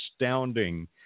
astounding